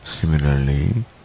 Similarly